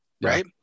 right